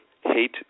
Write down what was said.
hate